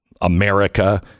America